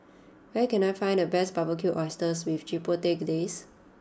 where can I find the best Barbecued Oysters with Chipotle Glaze